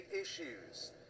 issues